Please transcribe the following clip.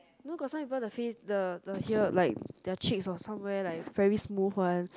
you know got some people the face the the here like their cheeks or somewhere like very smooth one